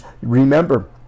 remember